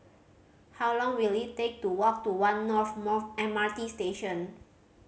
how long will it take to walk to One North M R T Station